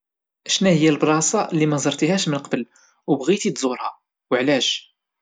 شناهيا البلاصة اللي ما زرتيهاش من قبل وبغيتي تزورها؟